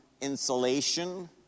insulation